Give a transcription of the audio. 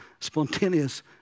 spontaneous